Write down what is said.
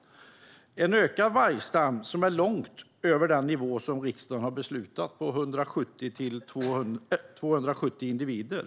Vi har en vargstam som ligger långt över den nivå som riksdagen har beslutat om: 170-270 individer.